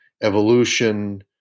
evolution